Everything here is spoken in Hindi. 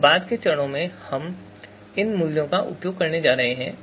अब बाद के चरणों में हम इन मूल्यों का उपयोग करने जा रहे हैं